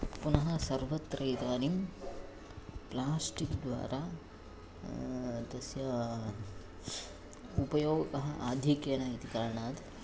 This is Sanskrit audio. पुनः सर्वत्र इदानीं प्लास्टिक् द्वारा तस्य उपयोगः आधिक्येन इति कारणात्